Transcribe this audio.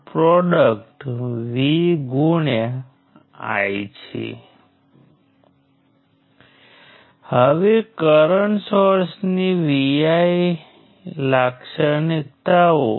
તેથી આપણે independent loops કેવી રીતે બનાવીએ છીએ દરેક વખતે સર્કિટને ફરીથી લખ્યા વિના અસરકારક છે તેથી આપણે તેનો ઉપયોગ કરવા જઈ રહ્યા છીએ